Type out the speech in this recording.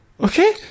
Okay